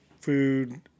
food